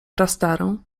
prastarą